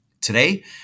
Today